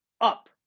up